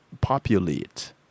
populate